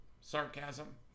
Sarcasm